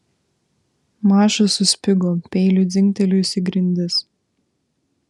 maša suspigo peiliui dzingtelėjus į grindis